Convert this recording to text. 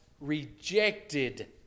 rejected